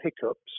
hiccups